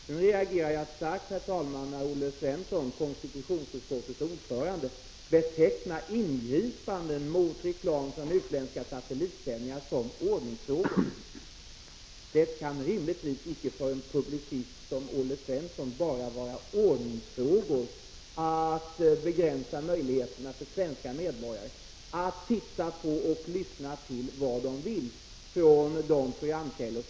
Jag reagerar starkt på att Olle Svensson, som är konstitutionsutskottets ordförande, betecknar ingripanden mot reklam från utländska satellitsändningar som ordningsfrågor. För en publicist som Olle Svensson kan det rimligtvis icke enbart handla om ordningsfrågor när det gäller att begränsa möjligheterna för svenska medborgare att själva välja vad de skall titta på och lyssna till från utländska programkällor.